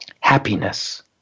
happiness